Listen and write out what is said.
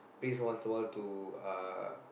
prays once a while to uh